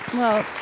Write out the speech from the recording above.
well,